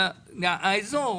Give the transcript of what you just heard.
אלא האזור,